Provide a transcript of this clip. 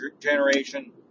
generation